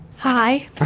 Hi